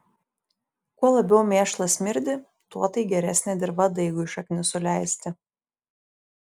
kuo labiau mėšlas smirdi tuo tai geresnė dirva daigui šaknis suleisti